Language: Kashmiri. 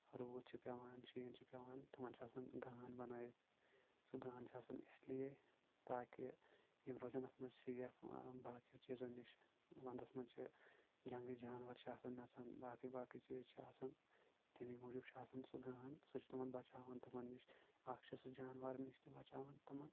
روٗد چھُ پیٚوان شیٖن چھُ پیٚوان تِمن چھ آسان گان بنٲیتھ سُہ گان چھُ آسان اس لیے تاکہِ یِم روزَن اتھ منٛز سیف باقٕیو چیزو نِش ونٛدس منٛز چھِ جنگلی جانور چھِ آسان نژان باقٕے باقٕے چیٖز چھِ آسان تمی موٗجوب چھُ آسان سُہ گان سُہ چھُ تِمن بچاوان تمن نِش اکھ چھُ سُہ جانورن نِش تہِ بچاوان تمن